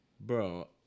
Bro